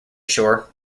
shore